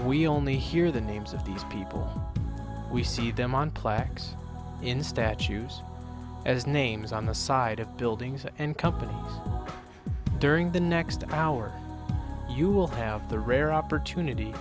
we only hear the names of these people we see them on plaques in statues as names on the side of buildings and company during the next hour you will have the rare opportunity